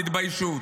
תתביישו.